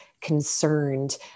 concerned